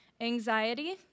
Anxiety